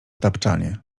tapczanie